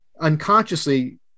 unconsciously